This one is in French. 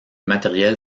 matériel